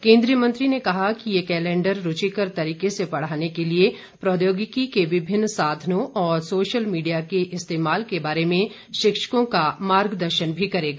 केन्द्रीय मंत्री ने कहा कि यह कैलेंडर रूचिकर तरीके से पढ़ाने के लिए प्रौद्योगिकी के विभिन्न साधनों और सोशल मीडिया के इस्तेमाल के बारे में शिक्षकों का मार्गदर्शन भी करेगा